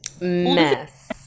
Mess